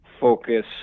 focus